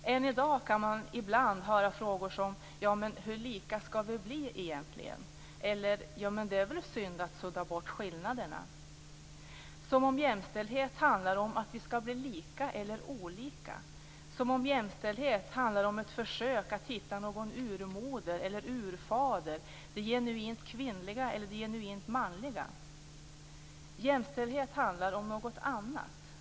Än i dag kan man ibland höra frågor som "ja, men hur lika skall vi bli egentligen" eller "det är väl synd att sudda bort skillnaderna" - som om jämställdhet handlade om att vi skall bli lika eller olika, som om jämställdhet handlade om ett försök att hitta någon urmoder eller urfader, det genuint kvinnliga eller det genuint manliga. Jämställdhet handlar om något annat.